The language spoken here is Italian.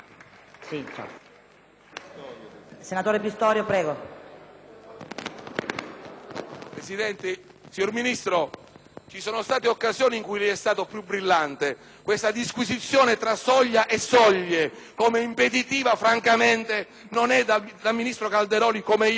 Signor Ministro, vi sono state occasioni in cui è stato più brillante. Questa disquisizione tra soglia e soglie, come impeditiva, francamente non è da ministro Calderoli come lo conosco e lo apprezzo.